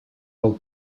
pel